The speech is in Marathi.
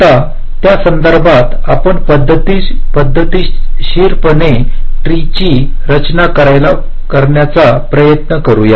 आता त्यासंदर्भात आपण पद्धतशीरपणे ट्री ची रचना करायचा प्रयत्न करूया